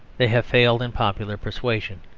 they have failed in popular persuasion.